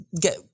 get